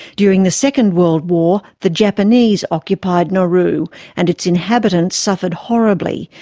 during the second world war, the japanese occupied nauru and its inhabitants suffered horribly.